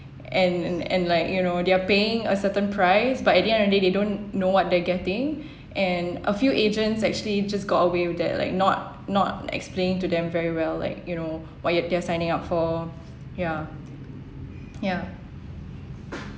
and and and like you know they're paying a certain price but at the end of the day they don't know what they getting and a few agents actually just got away with that like not not explaining to them very well like you know what you're they're signing up for ya ya